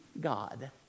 God